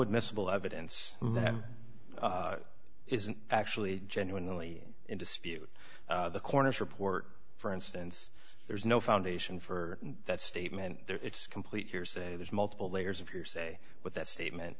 admissible evidence that isn't actually genuinely in dispute the coroner's report for instance there's no foundation for that statement there it's complete hearsay there's multiple layers of hearsay with that statement